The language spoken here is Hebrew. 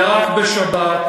אתה בעד יריקות בפרצוף נגד